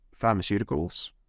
pharmaceuticals